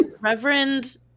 Reverend